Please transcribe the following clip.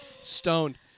stoned